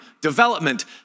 development